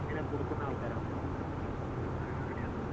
ഇങ്ങനെ കൊടുക്കുന്ന ആൾക്കാരാണ് അപ്പം റെഡി ആക്കാവുന്നതേ ഉള്ളൂ